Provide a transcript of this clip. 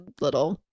little